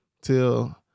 till